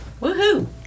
Woohoo